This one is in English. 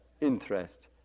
interest